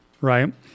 right